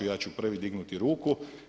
Ja ću prvi dignuti ruku.